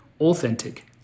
authentic